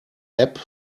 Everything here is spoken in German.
app